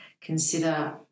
consider